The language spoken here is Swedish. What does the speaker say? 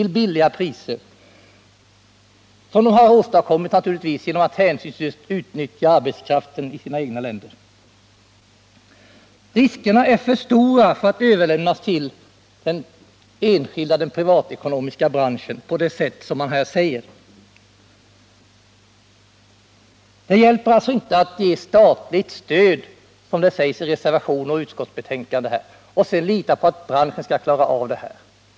Man håller låga priser, som man naturligtvis har åstadkommit genom att hänsynslöst utnyttja arbetskraften i sitt eget land. Riskerna är för stora för att avgörandet skall överlämnas till det privatekonomiska företaget på det sätt som man här vill. Det hjälper alltså inte att ge statligt stöd, som det sägs i både reservationen och utskottsbetänkandet, och sedan lita på att branschen skall klara av saken.